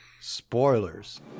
spoilers